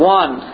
one